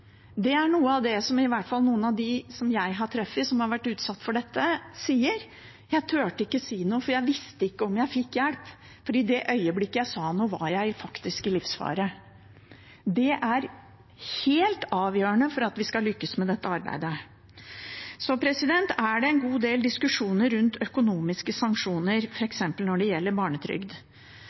Det er noe som i hvert fall noen av dem jeg har truffet som har vært utsatt for dette, sier: Jeg turte ikke å si noe, for jeg visste ikke om jeg fikk hjelp, og i det øyeblikket jeg sa noe, var jeg faktisk i livsfare. Det er helt avgjørende for at vi skal lykkes med dette arbeidet. Det er en god del diskusjoner rundt økonomiske sanksjoner, f.eks. når det gjelder barnetrygd.